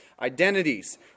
identities